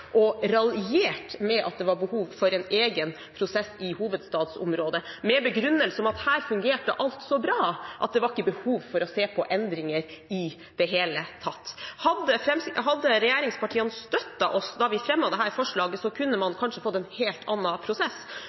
og raljert over behovet for en egen prosess i hovedstadsområdet med begrunnelsen at her fungerte alt så bra at det ikke er behov for å se på endringer i det hele tatt. Hadde regjeringspartiene støttet oss da vi fremmet dette forslaget, kunne man kanskje fått en helt annen prosess.